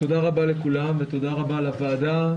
תודה רבה לכולם ותודה רבה לוועדה.